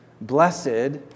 Blessed